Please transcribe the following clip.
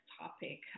topic